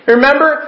Remember